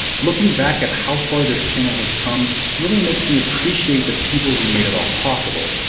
looking back at how far this channel has come really makes me appreciate the people who made it all possible.